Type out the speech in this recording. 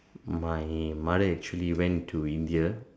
my mother actually went to India